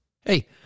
hey